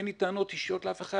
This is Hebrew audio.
אין לי טענות אישיות לאף אחד.